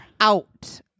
out